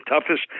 toughest